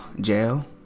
jail